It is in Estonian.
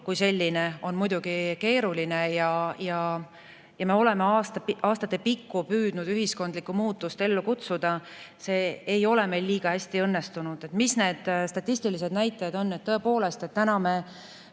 kui selline on muidugi keeruline. Me oleme aastate pikku püüdnud ühiskondlikku muutust ellu kutsuda. See ei ole meil liiga hästi õnnestunud. Mis need statistilised näitajad on? Tõepoolest, täna me